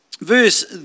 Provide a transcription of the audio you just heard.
verse